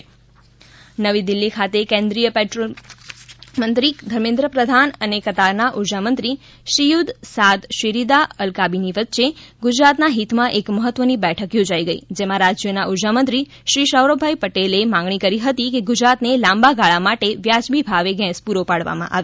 સૌરભ પટેલ દિલ્લીમાં બેઠક નવી દિલ્હી ખાતે કેન્દ્રીય પેટ્રોલીયમ મંત્રી ધર્મેન્દ્રપ્રધાન અને કતારના ઉર્જામંત્રી શ્રીયુત સાદ શેરીદા અલ કાબીની વચ્ચે ગુજરાતના હિતમાં એક મહત્વની બેઠક યોજાઈ ગઈ જેમાં રાજ્યના ઉર્જામંત્રી શ્રી સૌરભભાઈ પટેલ માંગણી કરી હતી કે ગુજરાતને લાંબા ગાળા માટે વાજબી ભાવે ગેસ પૂરો પાડવામાં આવે